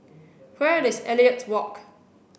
where is Elliot Walk